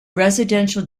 residential